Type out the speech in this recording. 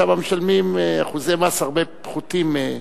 שמה משלמים אחוזי מס פחותים בהרבה.